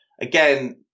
again